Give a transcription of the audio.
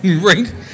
Right